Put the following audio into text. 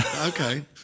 Okay